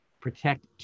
Protect